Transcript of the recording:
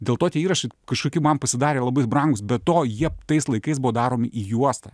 dėl to tie įrašai kažkokie man pasidarė labai brangūs be to jie tais laikais buvo daromi į juostą